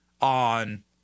on